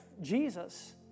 Jesus